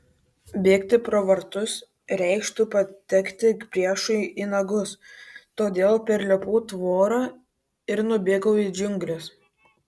bėgti pro vartus reikštų patekti priešui į nagus todėl perlipau tvorą ir nubėgau į džiungles